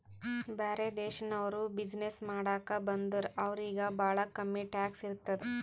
ಬ್ಯಾರೆ ದೇಶನವ್ರು ಬಿಸಿನ್ನೆಸ್ ಮಾಡಾಕ ಬಂದುರ್ ಅವ್ರಿಗ ಭಾಳ ಕಮ್ಮಿ ಟ್ಯಾಕ್ಸ್ ಇರ್ತುದ್